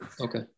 okay